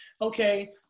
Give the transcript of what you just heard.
okay